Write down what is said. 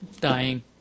dying